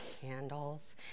candles